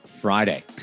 Friday